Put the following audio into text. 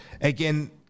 Again